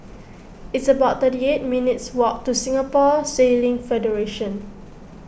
it's about thirty eight minutes' walk to Singapore Sailing Federation